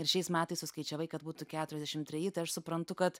ir šiais metais suskaičiavai kad būtų keturiasdešim treji aš suprantu kad